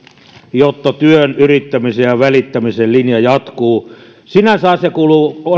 jotta työn yrittämisen ja ja välittämisen linja jatkuu sinänsä asia kuuluu